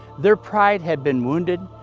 their pride had been wounded,